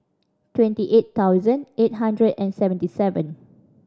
twenty eight thousand eight hundred and seventy seven